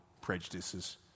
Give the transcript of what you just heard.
prejudices